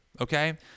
okay